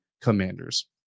commanders